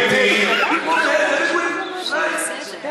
אולי כמו מינהלת הבדואים?